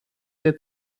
der